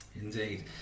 Indeed